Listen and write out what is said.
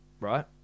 Right